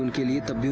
delete this